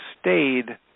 stayed